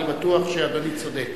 ואני בטוח שאדוני צודק,